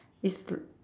is the